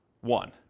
one